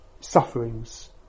sufferings